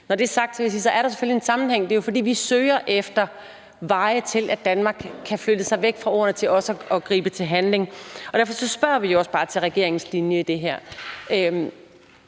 vil jeg sige, at der selvfølgelig er en sammenhæng. Det er jo, fordi vi søger efter veje til, at Danmark kan flytte sig væk fra ordene og også gribe til handling. Derfor spørger vi jo også bare til regeringens linje i det her.